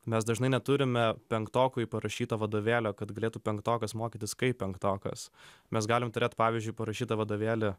mes dažnai neturime penktokui parašyto vadovėlio kad galėtų penktokas mokytis kaip penktokas mes galim turėt pavyzdžiui parašytą vadovėlį